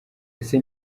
ese